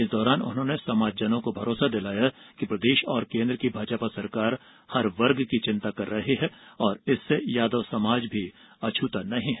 इस दौरान उन्होने समाजजनों को भरोसा दिलाया कि प्रदेश एवं केन्द्र की भाजपा सरकार हर वर्ग की चिंता कर रही है और इससे यादव समाज भी अछूता नहीं है